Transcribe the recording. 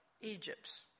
Egypt's